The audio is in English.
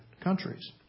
countries